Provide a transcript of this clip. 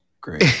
great